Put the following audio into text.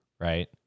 right